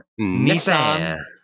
Nissan